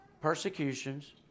persecutions